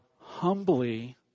humbly